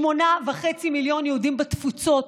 יש שמונה וחצי מיליון יהודים בתפוצות,